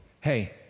hey